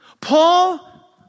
Paul